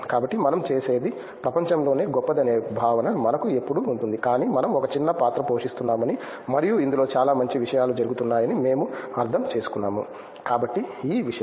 కాబట్టి మనం చేసేది ప్రపంచంలోనే గొప్పది అనే భావన మనకు ఎప్పుడూ ఉంటుంది కానీ మనం ఒక చిన్న పాత్ర పోషిస్తున్నామని మరియు ఇందులో చాలా మంచి విషయాలు జరుగుతున్నాయని మేము అర్థం చేసుకున్నాము కాబట్టి ఈ విషయాలు